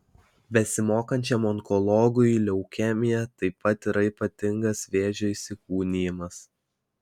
besimokančiam onkologui leukemija taip pat yra ypatingas vėžio įsikūnijimas